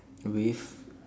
with